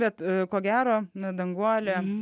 bet ko gero na danguolė